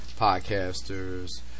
podcasters